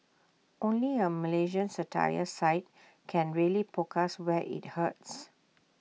only A Malaysian satire site can really poke us where IT hurts